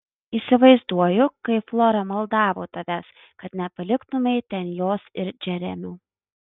įsivaizduoju kaip flora maldavo tavęs kad nepaliktumei ten jos ir džeremio